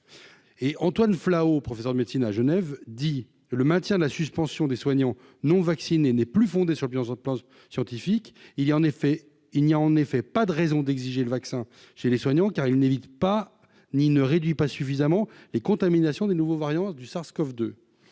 et Antoine Flahault, professeur de médecine à Genève, dit le maintien de la suspension des soignants non vaccinés n'est plus fondée sur surveillance autres plan scientifique il y a, en effet, il n'y a en effet pas de raison d'exiger le vaccin chez les soignants, car il n'évite pas ni ne réduit pas suffisamment les contaminations des nouveaux variants du Sars CoV 2